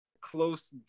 close